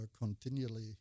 continually